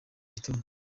gitondo